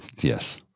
Yes